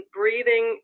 breathing